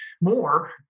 more